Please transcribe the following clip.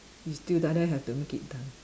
you still die die have to make it done